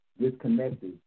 disconnected